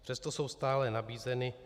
Přesto jsou stále nabízeny.